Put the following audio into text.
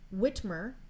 Whitmer